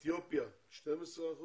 חמ"ע, אתיופיה 12%,